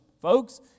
folks